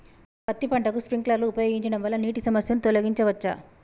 పత్తి పంటకు స్ప్రింక్లర్లు ఉపయోగించడం వల్ల నీటి సమస్యను తొలగించవచ్చా?